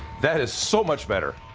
that is so much better.